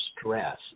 stress